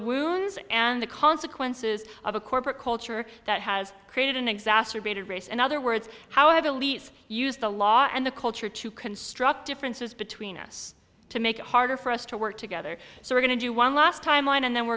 wounds and the consequences of a corporate culture that has created an exacerbated race in other words how have elise used the law and the culture to construct differences between us to make it harder for us to work together so we're going to do one last time line and then we